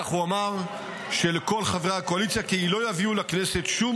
כך הוא אמר לכל חברי הקואליציה כי לא יביאו לכנסת שום